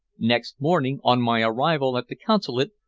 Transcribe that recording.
next morning, on my arrival at the consulate,